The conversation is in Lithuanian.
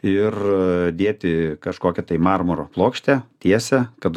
ir dėti kažkokią tai marmuro plokštę tiesą kad